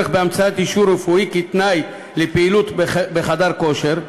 להמצאת אישור רפואי כתנאי לפעילות בחדר כושר.